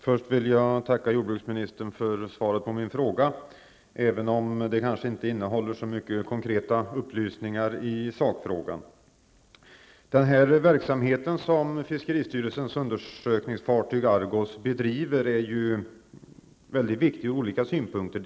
Fru talman! Jag tackar jordbruksministern för svaret på min fråga, även om det i sak inte innehöll så många konkreta upplysningar. Fiskerstyrelsens undersökningsfartyg Argos verksamhet är ju väldigt viktig från olika synpunkter.